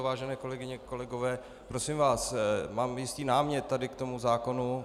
Vážené kolegyně, kolegové, prosím vás, mám jistý námět tady k tomu zákonu.